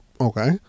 okay